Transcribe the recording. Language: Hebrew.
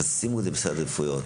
שימו את זה בסדר העדיפויות.